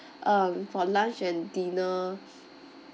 um for lunch and dinner